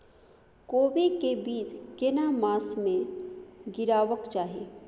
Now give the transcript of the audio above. कोबी के बीज केना मास में गीरावक चाही?